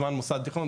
זמן מוסד תכנון,